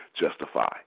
justify